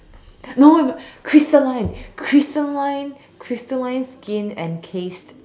no crystalline crystalline crystalline skin encased